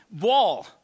wall